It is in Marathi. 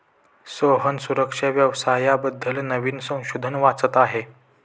रोहन सुरक्षा व्यवसाया बद्दल नवीन संशोधन वाचत आहे